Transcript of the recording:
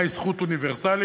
מהי זכות אוניברסלית